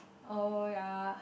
oh ya